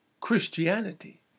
Christianity